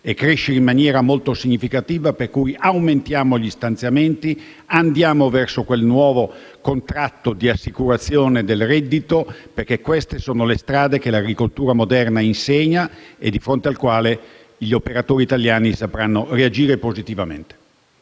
ha fatto in maniera molto significativa. Per cui aumentiamo gli stanziamenti e andiamo verso quel nuovo contratto di assicurazione del reddito, perché queste sono le strade che l'agricoltura moderna insegna e di fronte alle quali gli operatori italiani sapranno reagire positivamente.